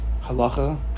halacha